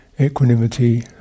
equanimity